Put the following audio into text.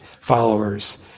followers